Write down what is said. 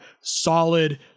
solid